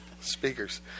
speakers